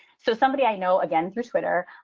so somebody i know again through twitter.